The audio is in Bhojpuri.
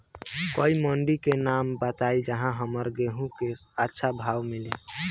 कोई मंडी के नाम बताई जहां हमरा गेहूं के अच्छा भाव मिले?